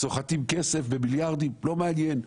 סוחטים כסף במיליארדים לא מעניין.